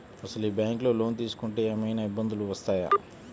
అసలు ఈ బ్యాంక్లో లోన్ తీసుకుంటే ఏమయినా ఇబ్బందులు వస్తాయా?